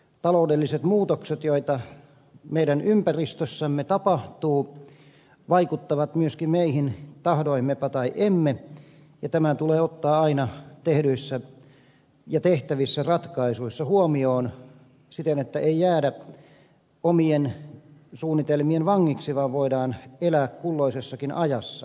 taloudelliset muutokset joita meidän ympäristössämme tapahtuu vaikuttavat myöskin meihin tahdoimmepa tai emme ja tämä tulee ottaa aina tehdyissä ja tehtävissä ratkaisuissa huomioon siten että ei jäädä omien suunnitelmien vangiksi vaan voidaan elää kulloisessakin ajassa